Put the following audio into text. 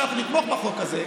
ואתה רוצה שאנחנו נתמוך בחוק הזה,